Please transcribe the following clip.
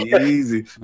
easy